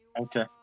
Okay